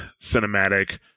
cinematic